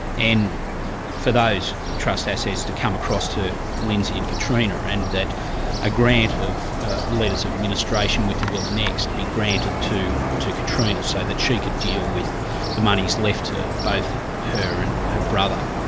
and for those trust assets to come across to lindsay and katrina, and that a grant of letters of administration with the will annexed be granted to to katrina, so that she could deal with the monies left to both her and her brother,